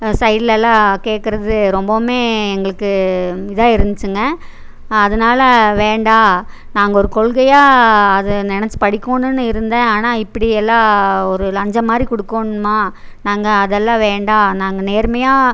சைடுலலாம் கேக்கிறது ரொம்பவும் எங்களுக்கு இதா இருந்துச்சுங்க அதனால் வேண்டாம் நாங்கள் ஒரு கொள்கையாக அதை நெனைச்சி படிக்கணுன்னு இருந்தேன் ஆனால் இப்படி எல்லாம் ஒரு லஞ்சம் மாதிரி கொடுக்கணுமா நாங்கள் அதல்லாம் வேண்டாம் நாங்கள் நேர்மையாக